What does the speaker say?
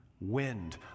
Wind